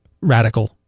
radical